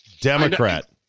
Democrat